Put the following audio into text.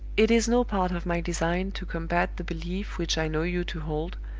it is no part of my design to combat the belief which i know you to hold,